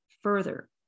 further